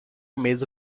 mesa